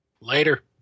Later